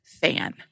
fan